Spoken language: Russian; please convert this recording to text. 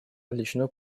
отличную